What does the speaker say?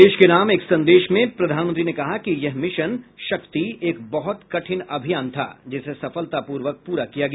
देश के नाम एक संदेश में प्रधानमंत्री ने कहा कि यह मिशन शक्ति एक बहुत कठिन अभियान था जिसे सफलतापूर्वक प्ररा किया गया